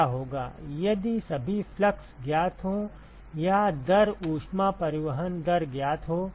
क्या होगा यदि सभी फ्लक्स ज्ञात हों या दर ऊष्मा परिवहन दर ज्ञात हो